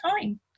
time